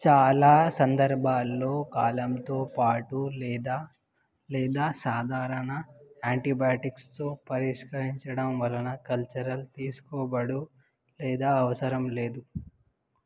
చాలా సందర్భాల్లో కాలంతో పాటు లేదా లేదా సాధారణ యాంటీబయాటిక్స్తో పరిష్కరించడం వలన కల్చరల్ తీసుకోబడు లేదా అవసరం లేదు